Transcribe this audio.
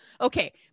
okay